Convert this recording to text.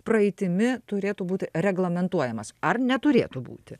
praeitimi turėtų būti reglamentuojamas ar neturėtų būti